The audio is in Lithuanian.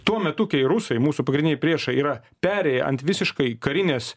tuo metu kai rusai mūsų pagrindinį priešą yra perėję ant visiškai karinės